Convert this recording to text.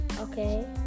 Okay